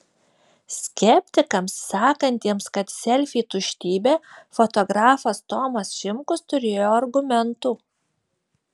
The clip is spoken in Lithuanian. skeptikams sakantiems kad selfiai tuštybė fotografas tomas šimkus turėjo argumentų